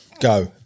Go